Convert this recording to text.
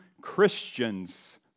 Christians